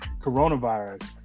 coronavirus